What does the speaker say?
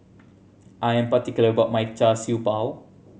I am particular about my Char Siew Bao